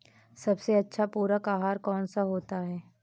सबसे अच्छा पूरक आहार कौन सा होता है?